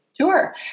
Sure